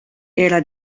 era